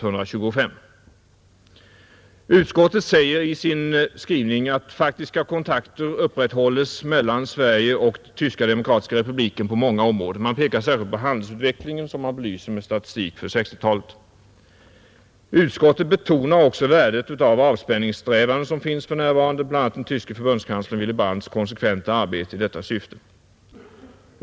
Utskottet skriver att faktiska kontakter upprätthålles mellan Sverige och Tyska demokratiska republiken på många områden. Man pekar särskilt på handelsutvecklingen, som man belyser med statistik för 1960-talet. Utskottet betonar också värdet av de avspänningssträvanden som förekommer för närvarande, bl.a. den tyske förbundskanslern Willy Brandts konsekventa arbete i detta syfte.